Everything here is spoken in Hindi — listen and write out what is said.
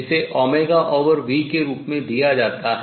जिसे v के रूप में दिया जाता है